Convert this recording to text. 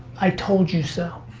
i told you so.